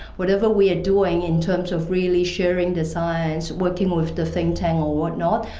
whatever we are doing in terms of really sharing the science, working with the think tank or whatnot,